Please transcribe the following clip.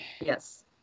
Yes